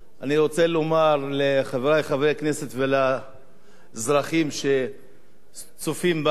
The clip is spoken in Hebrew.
אני רוצה לומר לחברי חברי הכנסת ולאזרחים שצופים בנו,